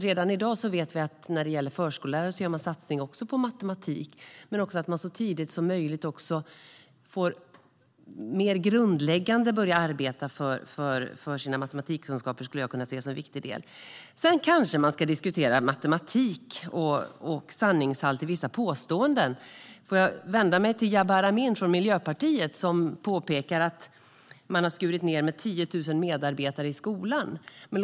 Redan i dag vet vi att man för förskollärare gör en satsning på matematik. Jag kan se som en viktig del att man så tidigt som möjligt mer grundläggande börjar arbeta för elevernas matematikkunskaper. Sedan kanske man ska diskutera matematik och sanningshalt i vissa påståenden. Jag vänder mig till Jabar Amin från Miljöpartiet som påpekar att man har skurit ned med 10 000 medarbetare i skolan.